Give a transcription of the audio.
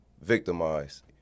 victimized